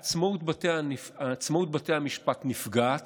עצמאות בתי המשפט נפגעת,